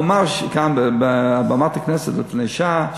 הוא אמר כאן על במת הכנסת לפני שעה,